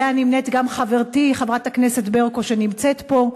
שעמה נמנית גם חברתי חברת הכנסת ברקו שנמצאת פה,